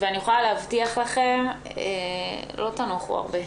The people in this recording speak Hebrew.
אני יכולה להבטיח לכם לא תנוחו הרבה.